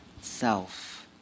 self